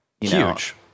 Huge